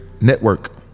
network